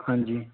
ਹਾਂਜੀ